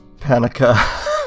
Panica